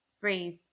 breathe